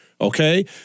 Okay